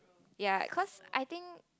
ya cause I think